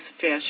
fish